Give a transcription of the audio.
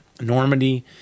Normandy